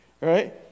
right